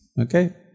Okay